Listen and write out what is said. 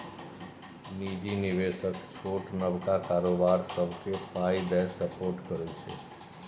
निजी निबेशक छोट नबका कारोबार सबकेँ पाइ दए सपोर्ट करै छै